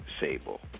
Sable